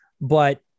but-